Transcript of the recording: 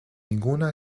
ninguna